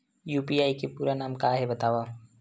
UPI के पूरा नाम का हे बतावव?